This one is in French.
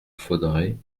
faudrait